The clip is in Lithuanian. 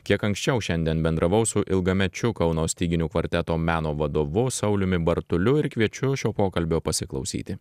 kiek anksčiau šiandien bendravau su ilgamečiu kauno styginių kvarteto meno vadovu sauliumi bartuliu ir kviečiu šio pokalbio pasiklausyti